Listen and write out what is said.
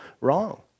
wrong